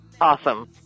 Awesome